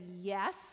yes